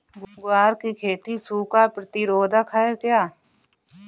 ग्वार की खेती सूखा प्रतीरोधक है क्या?